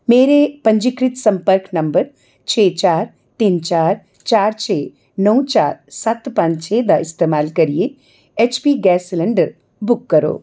मेरे पंजीकृत संपर्क नंबर छे चार तिन्न चार चार छे नौ चार सत्त पंज छे दा इस्तेमाल करियै ऐच्चपी गैस सलंडर बुक करो